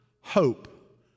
hope